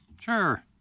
Sure